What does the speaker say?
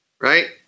right